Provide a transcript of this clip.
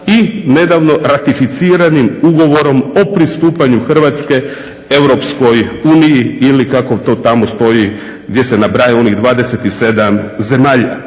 i nedavno ratificiranim ugovorom o pristupanju Hrvatske EU ili kako to tamo stoji gdje se nabraja onih 27 zemalja.